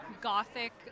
gothic